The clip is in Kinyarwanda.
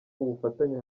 ubufatanye